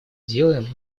делаем